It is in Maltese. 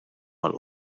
għall